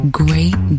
great